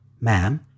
Ma'am